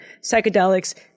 psychedelics